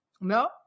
No